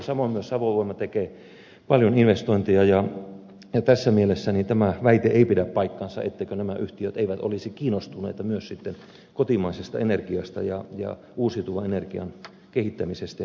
samoin myös savon voima tekee paljon investointeja ja tässä mielessä tämä väite ei pidä paikkaansa etteivätkö nämä yhtiöt olisi kiinnostuneita myös sitten kotimaisesta energiasta ja uusiutuvan energian kehittämisestä ja eteenpäinviemisestä